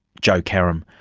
joe karam.